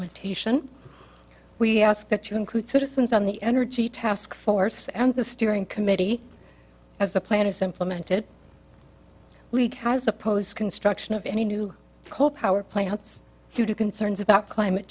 ntation we ask that you include citizens on the energy task force and the steering committee as the plan is implemented week has opposed construction of any new coal power plants due to concerns about climate